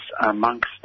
amongst